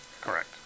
correct